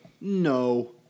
no